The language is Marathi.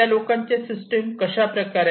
त्या लोकांचे सिस्टम कशाप्रकारे आहे